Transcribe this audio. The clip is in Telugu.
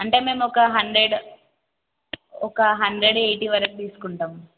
అంటే మేము ఒక హండ్రెడ్ ఒక హండ్రెడ్ ఎయిటీ వరకు తీసుకుంటాం